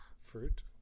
Fruit